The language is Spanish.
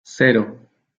cero